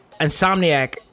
insomniac